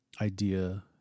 idea